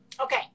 okay